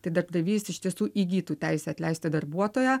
tai darbdavys iš tiesų įgytų teisę atleisti darbuotoją